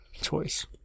choice